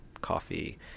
coffee